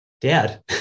dad